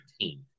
team